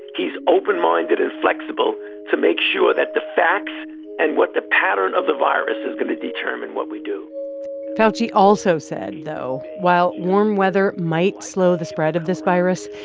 he's open-minded and flexible to make sure that the facts and what the pattern of the virus is going to determine what we do fauci also said, though, while warm weather might slow the spread of this virus,